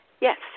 Yes